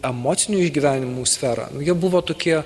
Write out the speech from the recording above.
emocinių išgyvenimų sferą jie buvo tokie